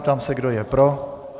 Ptám se, kdo je pro?